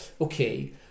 Okay